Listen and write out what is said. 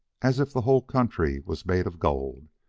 as if the whole country was made of gold,